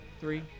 Three